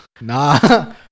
Nah